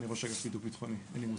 אני ראש אגף בידוק ביטחוני, אין לי מושג.